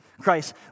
Christ